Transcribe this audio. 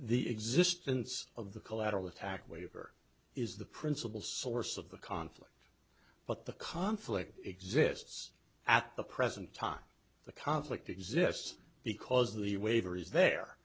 the existence of the collateral attack waiver is the principal source of the conflict but the conflict exists at the present time the conflict exists because the